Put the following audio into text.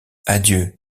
adieu